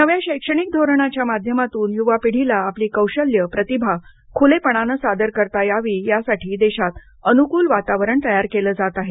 नव्या शैक्षणिक धोरणाच्या माध्यमातून युवा पिढीला आपली कौशल्यं प्रतिभा खुलेपणानं सादर करता यावी यासाठी देशात अनुकूल वातावरण तयार केलं जात आहे